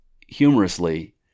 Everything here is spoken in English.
humorously